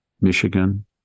Michigan